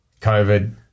COVID